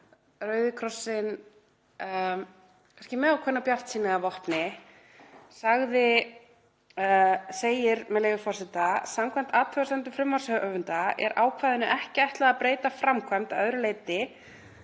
Rauði krossinn, kannski með ákveðna bjartsýni að vopni, segir, með leyfi forseta: „Samkvæmt athugasemdum frumvarpshöfunda er ákvæðinu ekki ætlað að breyta framkvæmd að öðru leyti